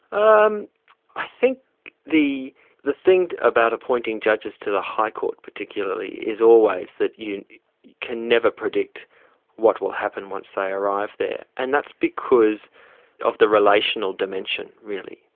um i think the the thing about appointing judges to the high court particularly is always that you can never predict what will happen once they arrive there, and that's because of the relational dimension, really.